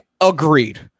Agreed